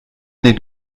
den